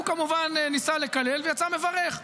הוא כמובן ניסה לקלל ויצא מברך.